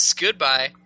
Goodbye